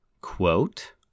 Quote